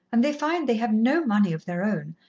and they find they have no money of their own,